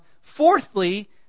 Fourthly